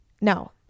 No